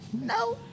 No